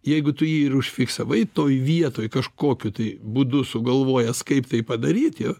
jeigu tu jį ir užfiksavai toj vietoj kažkokiu tai būdu sugalvojęs kaip tai padaryt jo